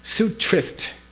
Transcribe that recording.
sutrist.